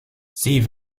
sie